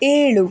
ಏಳು